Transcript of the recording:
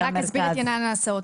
אני רק אסביר את עניין ההסעות.